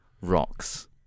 Rocks